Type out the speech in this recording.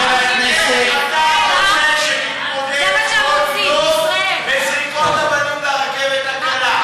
רוצה שנתמודד כל יום עם זריקות אבנים על הרכבת הקלה?